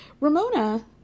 Ramona